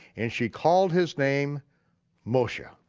and she called his name moshe.